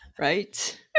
Right